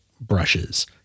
brushes